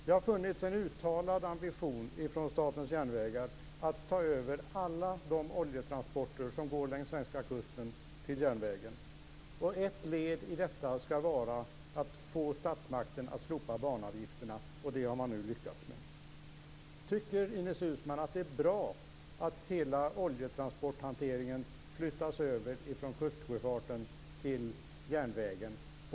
Det har funnits en uttalad ambition från Statens järnvägar att ta över alla de oljetransporter som går längs den svenska kusten till järnvägen. Ett led i detta skall vara att få statsmakten att slopa banavgifterna. Det har man nu lyckats med. Tycker Ines Uusmann att det är bra att hela oljetransporthanteringen flyttas över från kustsjöfarten till järnvägen?